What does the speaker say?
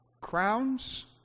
crowns